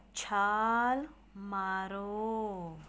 ਛਾਲ ਮਾਰੋ